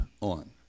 on